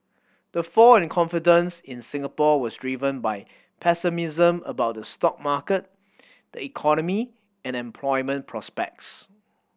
the fall in confidence in Singapore was driven by pessimism about the stock market the economy and employment prospects